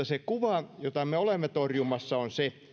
se kuva jota me olemme torjumassa on se